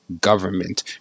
government